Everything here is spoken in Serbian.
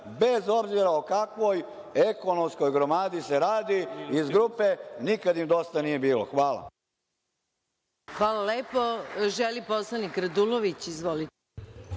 bez obzira o kakvoj ekonomskoj gromadi se radi iz grupe „nikad im dosta nije bilo“. Hvala. **Maja Gojković** Hvala lepo. Želi poslanik Radulović. Izvolite.